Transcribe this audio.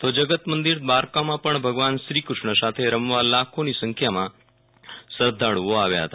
તો જગતમંદિર દ્વારકામાં પણ ભગવાન શ્રીકૃષ્ણ સાથે રમવા લાખોની સંખ્યામાં શ્રધ્ધાળુઓ આવ્યા હતા